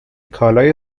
کالای